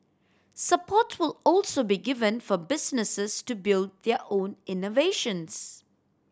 support will also be given for businesses to build their own innovations